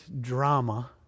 drama